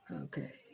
Okay